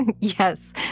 Yes